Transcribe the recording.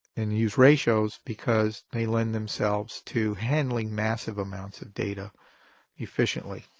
and use ratios because they lend themselves to handling massive amounts of data efficiently.